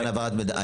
העברת מידע,